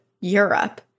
Europe